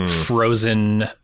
frozen